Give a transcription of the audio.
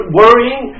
worrying